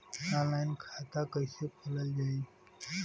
Online खाता कईसे खोलल जाई?